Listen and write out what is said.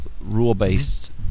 rule-based